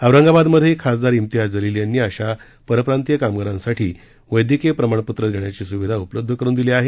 औरंगाबादमधे खासदार इम्तियाज जलील यांनी अशा परप्रांतीय कामगारांसाठी वैद्यकीय प्रमाणपत्र देण्याची सुविधा उपलब्ध करून दिली आहे